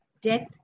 death